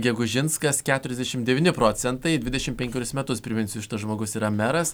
gegužinskas keturiasdešimt devyni procentai dvidešimt penkerius metus priminsiu šitas žmogus yra meras